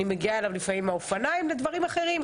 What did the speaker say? אני מגיעה אליו לפעמים עם האופניים לדברים אחרים.